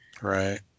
Right